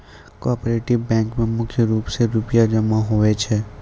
cooperative बैंको म मुख्य रूप से रूपया जमा होय छै